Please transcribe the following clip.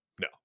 no